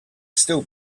still